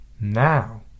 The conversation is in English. Now